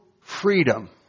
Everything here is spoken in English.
freedom